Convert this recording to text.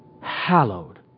hallowed